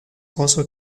also